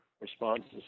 responses